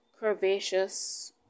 curvaceous